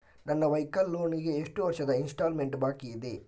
ನನ್ನ vehicle loan ಗೆ ಎಷ್ಟು ವರ್ಷದ ಇನ್ಸ್ಟಾಲ್ಮೆಂಟ್ ಬಾಕಿ ಇದೆ?